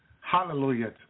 Hallelujah